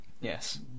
yes